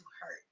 hurt